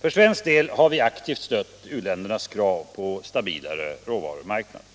För svensk del har vi aktivt stött u-ländernas krav på stabilare råvarumarknader.